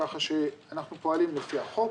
ככה שאנחנו פועלים לפי החוק.